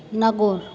Nagaur